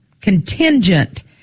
contingent